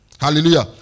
Hallelujah